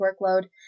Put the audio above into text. workload